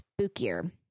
spookier